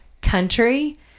country